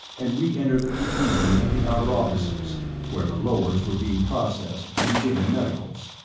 and reentered the confusion of the outer offices where the lowers were being processed and given medicals.